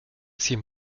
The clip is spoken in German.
sie